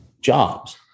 jobs